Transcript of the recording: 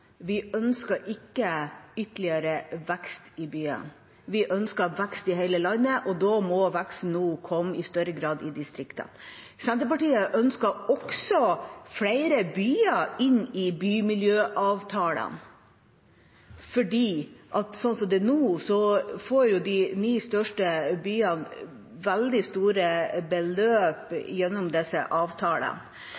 vi ønsker ikke ytterligere vekst i byene. Vi ønsker vekst i hele landet, og da må veksten i større grad komme i distriktene. Senterpartiet ønsker også flere byer i bymiljøavtalene, for sånn som det er nå, får de ni største byene veldig store beløp